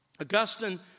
Augustine